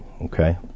Okay